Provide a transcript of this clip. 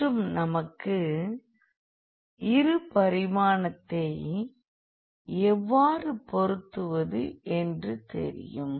மற்றும் நமக்கு இரு பரிமாணத்தை எவ்வாறு பொருத்துவது என்று தெரியும்